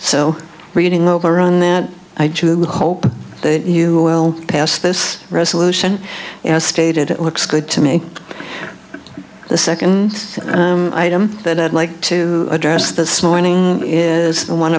so reading over on that i juba hope that you will pass this resolution as stated it looks good to me the second item that i'd like to address this morning is the one